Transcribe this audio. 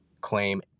claim